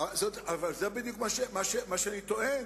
אבל זה בדיוק מה שאני טוען.